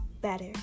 better